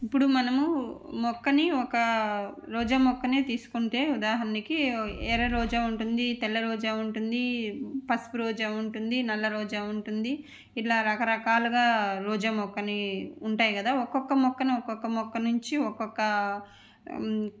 ఇప్పుడు మనము మొక్కని ఒక రోజా మొక్కనే తీసుకుంటే ఉదాహరణకి ఎర్ర రోజా ఉంటుంది తెల్ల రోజా ఉంటుంది పసుపు రోజా ఉంటుంది నల్ల రోజా ఉంటుంది ఇలా రకరకాలుగా రోజా మొక్కని ఉంటాయి గదా ఒక్కొక్క మొక్కను ఒక్కొక్క మొక్క నుంచి ఒక్కొక్కా